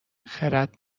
خرد